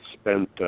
spent